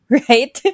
right